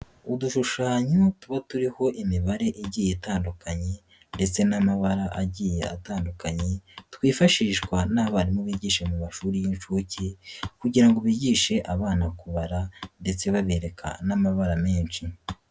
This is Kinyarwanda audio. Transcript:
Udushushanyo tuba turiho imibare igiye itandukanye ndetse n'amabara agiye atandukanye twifashishwa n'abarimu bigisha mu mashuri y'inshuke kugira ngo bigishe abana kubara ndetse babereka n'amabara menshi.